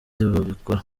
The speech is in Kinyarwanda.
tubikora